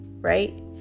right